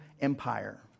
Empire